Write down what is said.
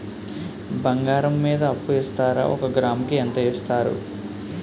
బంగారం మీద అప్పు ఇస్తారా? ఒక గ్రాము కి ఎంత ఇస్తారు?